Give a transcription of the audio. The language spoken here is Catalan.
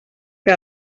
que